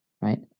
right